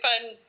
fun